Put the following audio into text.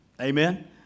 Amen